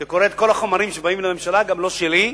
הייתי, את כל החומרים שבאים לממשלה, גם לא שלי,